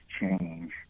change